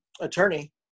Attorney